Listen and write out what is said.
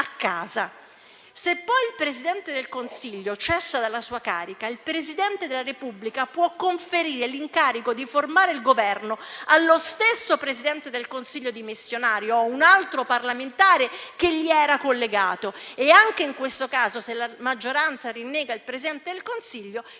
a casa. Se poi il Presidente del Consiglio cessa dalla sua carica, il Presidente della Repubblica può conferire l'incarico di formare il Governo allo stesso Presidente del Consiglio dimissionario o ad un altro parlamentare a lui collegato; anche in questo caso, se la maggioranza rinnega il Presidente del Consiglio,